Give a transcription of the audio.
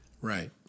Right